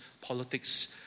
politics